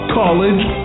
college